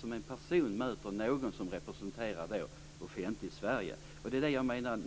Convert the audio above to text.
Som person möter man någon som representerar det offentliga Sverige. Det är det jag menar.